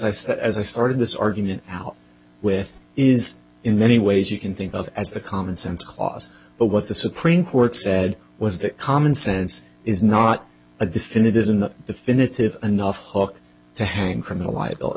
said as i started this argument out with is in many ways you can think of as the common sense clause but what the supreme court said was that common sense is not a definitive in the definitive enough talk to hang a criminal liability